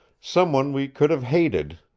someone we could have hated,